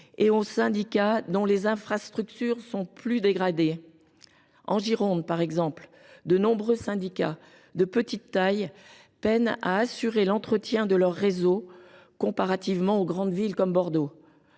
et aux syndicats dont les infrastructures sont les plus dégradées. En Gironde, par exemple, de nombreux syndicats de petite taille peinent à assurer l’entretien de leur réseau, en comparaison de ce qui se fait dans les grandes villes comme Bordeaux.